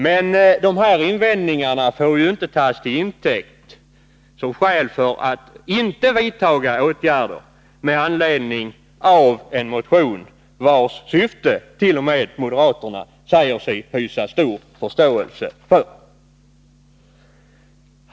Men invändningarna får inte tas till intäkt eller anföras som skäl för att inte vidta åtgärder med anledning av en motion, vars syfte t.o.m. moderaterna säger sig hysa stor förståelse för.